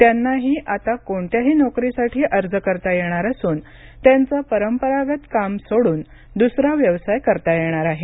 त्यांनाही आता कोणत्याही नोकरीसाठी अर्ज करता येणार असून त्यांचे परंपरागत काम सोडून दुसरा व्यवसाय करता येणार आहे